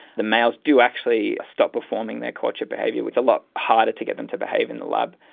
the males do actually stop performing their courtship behaviour, it's a lot harder to get them to behave in the lab.